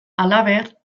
halaber